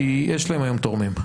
כי יש להם היום תורמים.